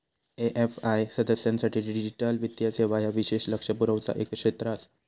AFI सदस्यांसाठी digital वित्तीय सेवा ह्या विशेष लक्ष पुरवचा एक क्षेत्र आसा